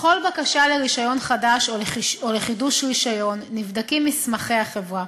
בכל בקשה לרישיון חדש או לחידוש רישיון נבדקים מסמכי החברה,